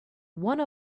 one